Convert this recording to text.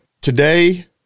today